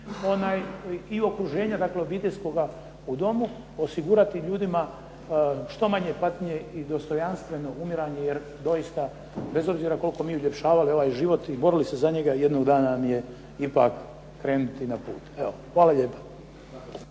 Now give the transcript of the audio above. i okruženja dakle obiteljskoga u domu osigurati ljudima što manje patnje i dostojanstveno umiranje, jer doista bez obzira koliko mi uljepšavali ovaj život i borili se za njega jednog dana nam je ipak krenuti na put. Evo hvala lijepa.